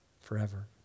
forever